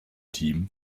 team